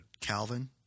Calvin